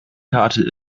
karte